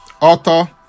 author